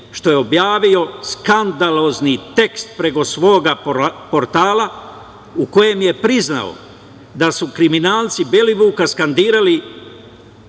što je objavio skandalozni tekst preko svog portala u kojem je priznao da su kriminalci Belivuka skandirali